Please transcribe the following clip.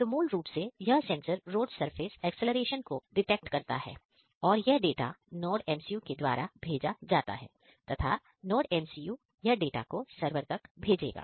तो मूल रूप से यह सेंसर रोड सरफेस एक्सीलरेशन को डिटेक्ट करता है और यह डाटा NodeMCU के द्वारा भेजा जाता है तथा NodeMCU यह डाटा को सरवर तक भेजेगा